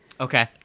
Okay